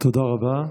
תודה רבה.